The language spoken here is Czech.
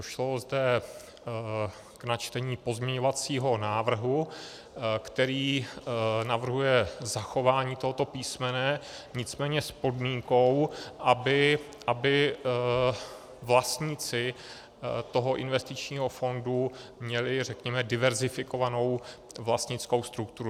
Došlo zde k načtení pozměňovacího návrhu, který navrhuje zachování tohoto písmene, nicméně s podmínkou, aby vlastníci toho investičního fondu měli, řekněme, diverzifikovanou vlastnickou strukturu.